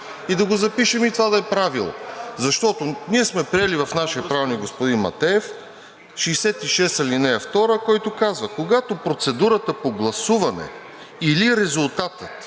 и да го запишем, и това да е правило. Защото ние сме приели в нашия правилник, господин Матеев, – чл. 66, ал. 2, който казва: „когато процедурата по гласуване или резултатът